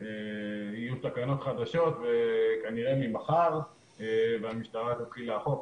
שיהיו תקנות חדשות כנראה ממחר והמשטרה תתחיל לאכוף.